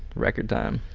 record time!